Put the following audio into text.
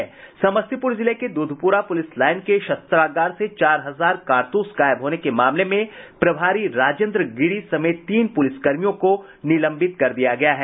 समस्तीपुर जिले में Dudhpura police line के शस्त्रागार से चार हजार कारतूस गायब होने के मामले में प्रभारी राजेन्द्र गिरि समेत तीन प्रलिसकर्मियों को निलंबित कर दिया गया है